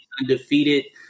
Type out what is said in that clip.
undefeated